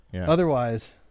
otherwise